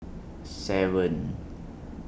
seven